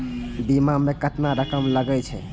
बीमा में केतना रकम लगे छै?